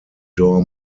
door